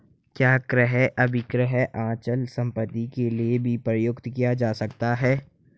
क्या क्रय अभिक्रय अचल संपत्ति के लिये भी प्रयुक्त किया जाता है?